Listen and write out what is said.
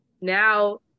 now